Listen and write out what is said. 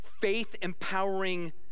faith-empowering